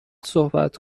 صحبت